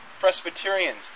Presbyterians